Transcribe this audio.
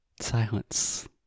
Silence